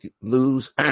Lose